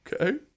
Okay